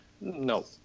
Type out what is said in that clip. No